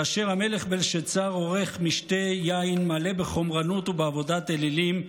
כאשר המלך בלשאצר עורך משתה יין מלא בחומרנות ובעבודת אלילים,